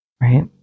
right